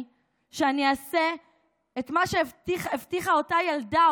שאני אעשה את מה שהבטיחה לעצמה אותה ילדה,